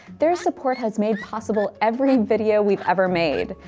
their support has made possible every video we've ever made,